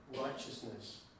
righteousness